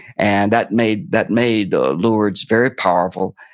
and that made that made lourdes very powerful,